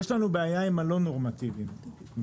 יש לנו בעיה עם הלא נורמטיביים ואלה